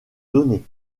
donnée